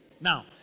now